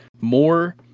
more